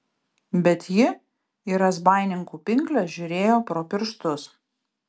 bet ji į razbaininkų pinkles žiūrėjo pro pirštus